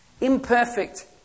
Imperfect